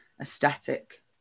aesthetic